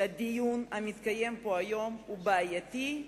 שהדיון המתקיים פה היום הוא בעייתי,